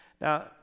Now